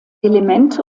elemente